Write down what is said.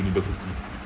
university